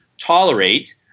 tolerate